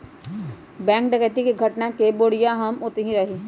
bank डकैती के घटना के बेरिया हम ओतही रही